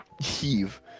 heave